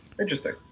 interesting